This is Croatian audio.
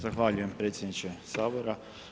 Zahvaljujem predsjedniče Sabora.